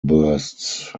bursts